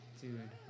Dude